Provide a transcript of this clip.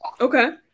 Okay